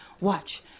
Watch